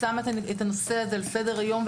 שמה את הנושא הזה על סדר-היום,